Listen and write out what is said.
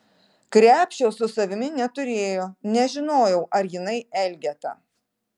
krepšio su savimi neturėjo nežinojau ar jinai elgeta